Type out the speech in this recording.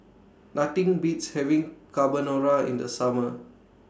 Nothing Beats having Carbonara in The Summer